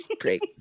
Great